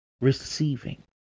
receiving